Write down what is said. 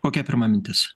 kokia pirma mintis